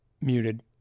Muted